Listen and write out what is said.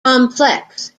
complex